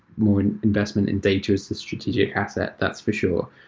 more in investment in data as a strategic asset. that's for sure.